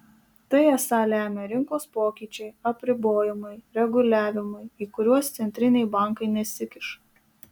tai esą lemia rinkos pokyčiai apribojimai reguliavimai į kuriuos centriniai bankai nesikiša